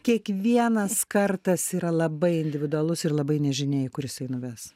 kiekvienas kartas yra labai individualus ir labai nežinia į kur jisai nuves